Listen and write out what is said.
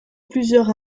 plusieurs